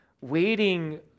Waiting